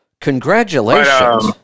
Congratulations